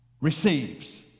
receives